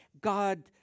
God